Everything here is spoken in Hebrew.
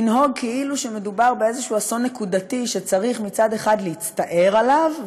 לנהוג כאילו מדובר באיזשהו אסון נקודתי שצריך מצד אחד להצטער עליו,